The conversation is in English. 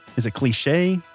is it cliche?